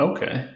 Okay